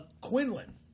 Quinlan